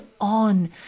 on